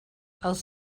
els